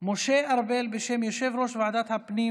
משה ארבל, בשם יושבת-ראש